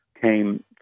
came